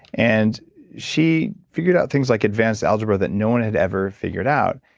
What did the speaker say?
and she figured out things like advance algebra that no one had ever figured out.